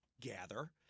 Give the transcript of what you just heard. gather